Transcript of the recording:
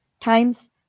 times